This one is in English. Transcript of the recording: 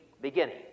beginning